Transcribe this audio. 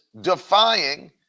defying